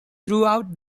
throughout